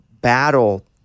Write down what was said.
battle